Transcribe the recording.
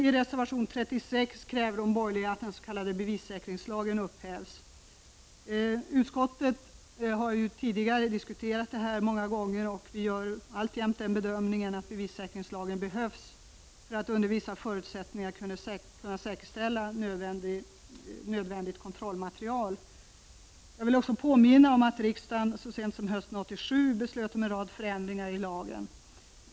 I reservation 36 kräver de borgerliga att den s.k. bevissäkringslagen upphävs. Utskottet har tidigare diskuterat detta många gånger. Vi gör alltjämt den bedömningen att bevissäkringslagen behövs för att under vissa förutsättningar kunna säkerställa nödvändigt kontrollmaterial. Jag vill också påminna om att riksdagen så sent som hösten 1987 beslöt om en rad förändringar i lagen.